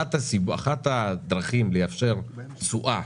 אחת הדרכים לאפשר תשואה